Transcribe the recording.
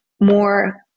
more